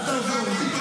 דרוס כל דוס.